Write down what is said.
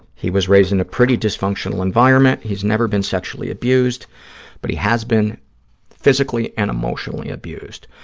he was raised in a pretty dysfunctional environment. he's never been sexually abused but he has been physically and emotionally abused.